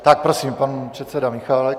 Tak prosím, pan předseda Michálek.